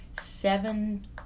seven